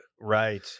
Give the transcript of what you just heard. Right